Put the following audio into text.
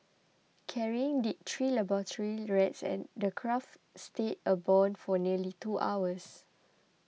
carrying the three laboratory rats and the craft stayed airborne for nearly two hours